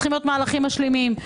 וצריכים להיות מהלכים משלימים.